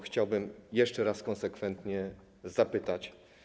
Chciałbym jeszcze raz konsekwentnie zapytać.